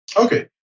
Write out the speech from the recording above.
okay